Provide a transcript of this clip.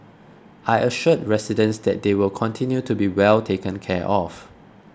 I assured residents that they will continue to be well taken care of